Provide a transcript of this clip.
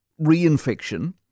reinfection